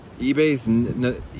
eBay's